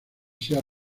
sea